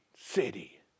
city